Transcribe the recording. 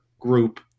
group